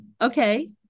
okay